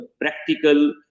practical